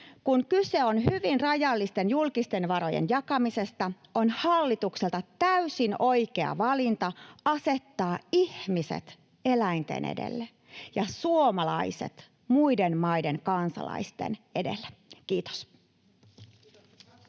Kun kyse on hyvin rajallisten julkisten varojen jakamisesta, on hallitukselta täysin oikea valinta asettaa ihmiset eläinten edelle ja suomalaiset muiden maiden kansalaisten edelle. — Kiitos.